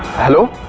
hello.